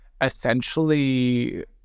essentially